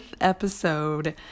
episode